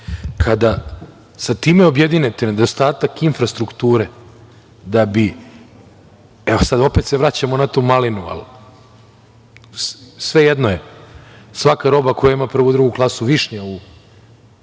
sa time objedinite nedostatak infrastrukture, da bi, evo, opet se vraćamo na tu malinu, ali svejedno je, svaka roba koja ima prvu, drugu klasu, višnja u